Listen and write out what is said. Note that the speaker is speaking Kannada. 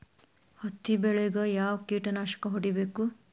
ಹತ್ತಿ ಬೆಳೇಗ್ ಯಾವ್ ಕೇಟನಾಶಕ ಹೋಡಿಬೇಕು?